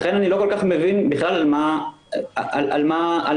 לכן אני לא כל כך מבין בכלל על מה הדיון.